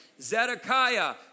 Zedekiah